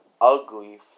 ugly